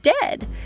dead